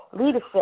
leadership